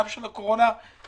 גם של הקורונה וגם,